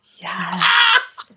Yes